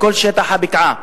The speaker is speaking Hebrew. לכל שטח הבקעה,